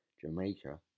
Jamaica